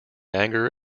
anger